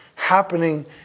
happening